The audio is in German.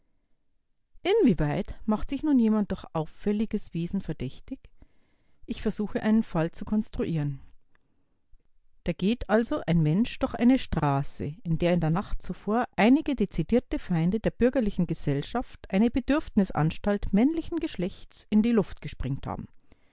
inwieweit macht sich nun jemand durch auffälliges wesen verdächtig ich versuche einen fall zu konstruieren da geht also ein mensch durch eine straße in der in der nacht zuvor einige dezidierte feinde der bürgerlichen gesellschaft eine bedürfnisanstalt männlichen geschlechts in die luft gesprengt haben